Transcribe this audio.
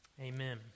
Amen